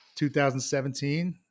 2017